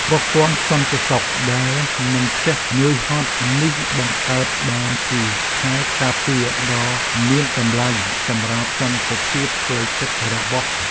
ប្រព័ន្ធសន្តិសុខដែលមិនចេះនឿយហត់នេះបង្កើតបានជាខែលការពារដ៏មានតម្លៃសម្រាប់សន្តិភាពផ្លូវចិត្តរបស់។